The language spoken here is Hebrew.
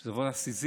שזו עבודה סיזיפית.